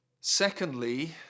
Secondly